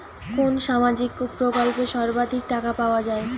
কোন সামাজিক প্রকল্পে সর্বাধিক টাকা পাওয়া য়ায়?